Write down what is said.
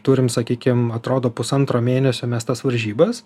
turim sakykim atrodo pusantro mėnesio mes tas varžybas